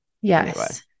Yes